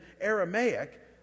Aramaic